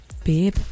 Babe